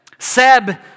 Seb